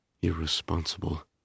irresponsible